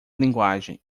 linguagem